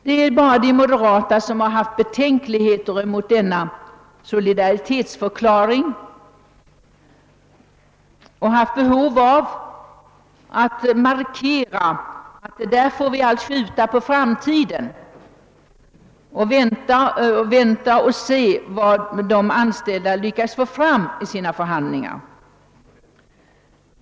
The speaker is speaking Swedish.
Det är bara de moderata som haft betänkligheter mot denna solidaritetsförklaring och känt ett behov av att markera att saken måste skjutas på framtiden i avvaktan på vad de anställda lyckas uppnå vid sina förhandlingar.